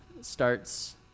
starts